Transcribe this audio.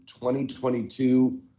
2022